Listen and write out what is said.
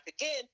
again